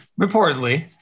Reportedly